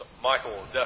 Michael